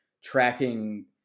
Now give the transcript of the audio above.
tracking